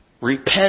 Repent